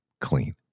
clean